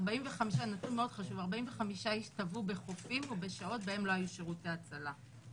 45 איש טבעו בחופים ובשעות בהם לא היו שירותי הצלה.